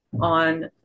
on